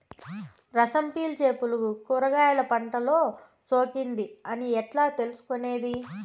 రసం పీల్చే పులుగులు కూరగాయలు పంటలో సోకింది అని ఎట్లా తెలుసుకునేది?